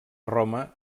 roma